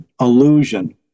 illusion